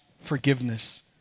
forgiveness